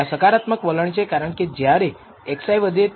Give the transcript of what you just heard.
આ સકારાત્મક વલણ છે કારણ કે જ્યારે xi વધે ત્યારે yi વધે છે